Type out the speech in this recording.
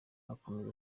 akomeza